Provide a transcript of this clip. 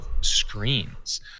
screens